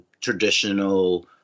traditional